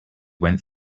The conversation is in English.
went